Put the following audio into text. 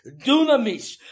dunamis